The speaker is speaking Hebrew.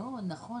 לא קשור.